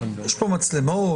יש פה מצלמות.